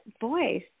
voice